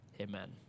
amen